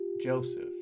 Joseph